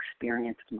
experienced